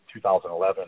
2011